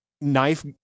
knife